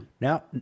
Now